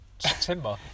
September